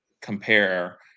compare